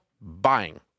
Buying